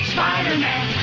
Spider-Man